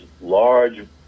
large